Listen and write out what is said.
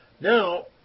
Now